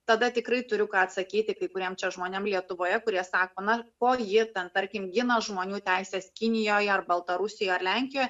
tada tikrai turiu ką atsakyti kai kuriem čia žmonėm lietuvoje kurie sako na ko ji ten tarkim gina žmonių teises kinijoje ar baltarusijoje lenkijoje